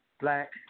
black